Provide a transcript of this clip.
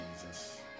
Jesus